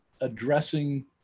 addressing